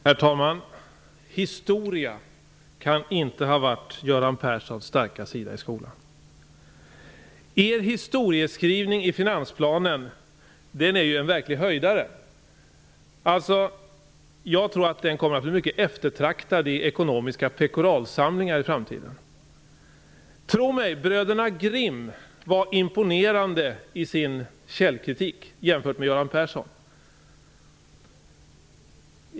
Herr talman! Historia kan inte ha varit Göran Perssons starka sida i skolan. Er historieskrivning i finansplanen är ju en verklig höjdare. Jag tror att den kommer att bli mycket eftertraktad i ekonomiska pekoralsamlingar i framtiden. Tro mig, bröderna Grimm var imponerande i sin källkritik jämfört med Göran Persson.